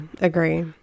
agree